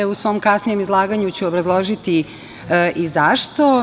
U svom kasnijem izlaganju ću obrazložiti i zašto.